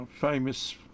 famous